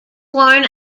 worn